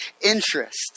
interest